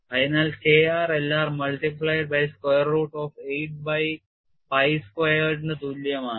അതിനാൽ K r L r multiplied by square root of 8 by pi squared ന് തുല്യമാണ്